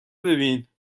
ببینین